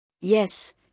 Yes